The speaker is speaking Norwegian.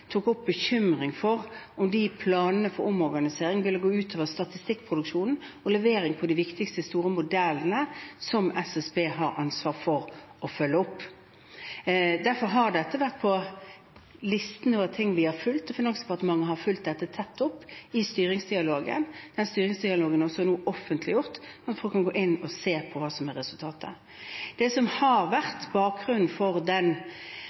tok opp bekymring for om planene for omorganisering ville gå ut over statistikkproduksjonen og leveringen på de viktigste store modellene som SSB har ansvar for å følge opp. Derfor har dette vært på listen over ting vi har fulgt. Finansdepartementet har fulgt dette tett opp i styringsdialogen. Den styringsdialogen er nå offentliggjort, slik at folk kan gå inn og se på hva som er resultatet. Det som har vært bakgrunnen for den